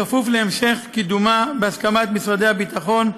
בכפוף להמשך קידומה בהסכמת משרדי הביטחון,